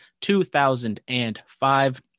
2005